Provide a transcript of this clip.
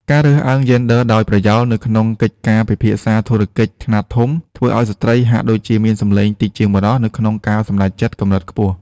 ការរើសអើងយេនឌ័រដោយប្រយោលនៅក្នុងកិច្ចពិភាក្សាធុរកិច្ចខ្នាតធំ ធ្វើឱ្យស្ត្រីហាក់ដូចជាមានសំឡេងតិចជាងបុរសនៅក្នុងការសម្រេចចិត្តកម្រិតខ្ពស់។